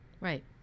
Right